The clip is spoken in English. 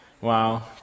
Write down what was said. Wow